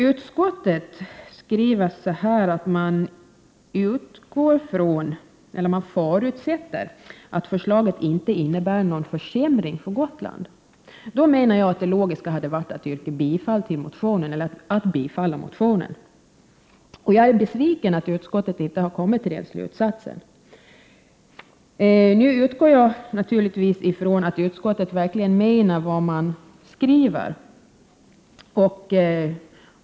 Utskottet skriver att man förutsätter att förslaget inte innebär någon försämring för Gotland. Då menar jag att det logiska hade varit att utskottet tillstyrkt motionen. Jag är besviken över att utskottet inte kommit till den slutsatsen. Jag utgår naturligtvis från att man i utskottet verkligen menar vad man skriver.